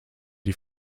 die